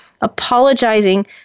apologizing